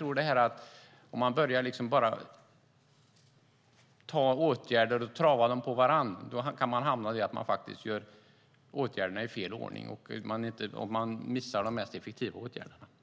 Om vi travar åtgärderna på varandra kan de vidtas i fel ordning - och de mest effektiva åtgärderna missas.